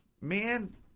man